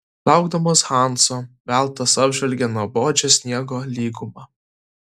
laukdamas hanso veltas apžvelgė nuobodžią sniego lygumą